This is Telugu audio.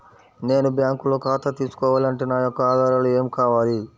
నేను బ్యాంకులో ఖాతా తీసుకోవాలి అంటే నా యొక్క ఆధారాలు ఏమి కావాలి?